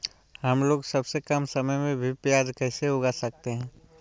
हमलोग सबसे कम समय में भी प्याज कैसे उगा सकते हैं?